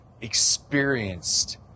experienced